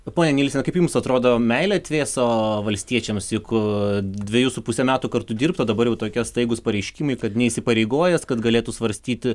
ponia nielsen kaip jums atrodo meilė atvėso valstiečiams juk dvejus su puse metų kartu dirbta o dabar jau tokie staigūs pareiškimai kad neįsipareigojęs kad galėtų svarstyti